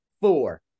four